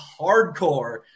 hardcore